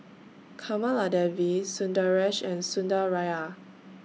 Kamaladevi Sundaresh and Sundaraiah